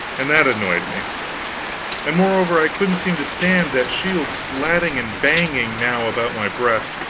and that annoyed me and moreover i couldn't seem to stand that shield slatting and banging, now about my breast,